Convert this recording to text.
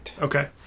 Okay